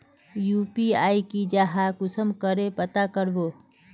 UPI की जाहा कुंसम करे पता करबो?